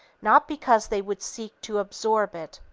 not because they would seek to absorb it,